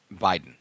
Biden